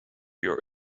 your